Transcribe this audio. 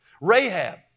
Rahab